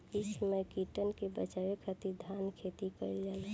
इ समय कीटन के बाचावे खातिर धान खेती कईल जाता